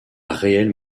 réelle